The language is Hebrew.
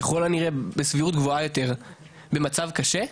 ככול הנראה, בסבירות גבוהה יותר, במצב קשה,